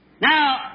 Now